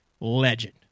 legend